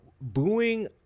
booing